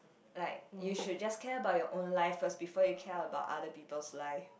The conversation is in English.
like you should just care about your own life first before you care about other people's life